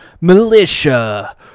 Militia